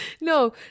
No